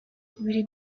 biri